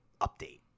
update